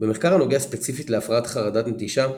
במחקר הנוגע ספציפית להפרעת חרדת נטישה,